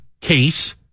case